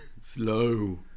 Slow